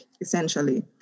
essentially